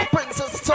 Princess